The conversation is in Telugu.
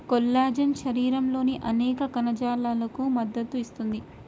కొల్లాజెన్ శరీరంలోని అనేక కణజాలాలకు మద్దతు ఇస్తుంది